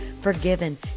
forgiven